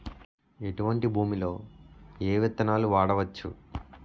ఎటువంటి భూమిలో ఏ విత్తనాలు వాడవచ్చు?